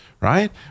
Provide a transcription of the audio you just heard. right